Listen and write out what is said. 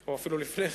או אפילו לפני כן.